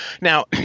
Now